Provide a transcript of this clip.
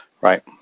right